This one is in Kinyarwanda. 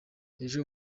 ejo